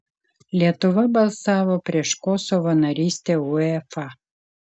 lietuva balsavo prieš kosovo narystę uefa